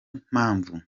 mpamvu